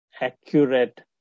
accurate